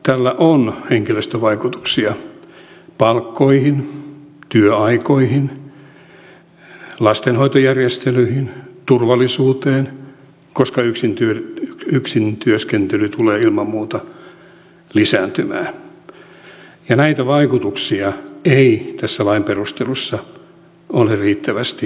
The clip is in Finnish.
tällä on henkilöstövaikutuksia palkkoihin työaikoihin lastenhoitojärjestelyihin turvallisuuteen koska yksin työskentely tulee ilman muuta lisääntymään ja näitä vaikutuksia ei tässä lain perusteluissa ole riittävästi analysoitu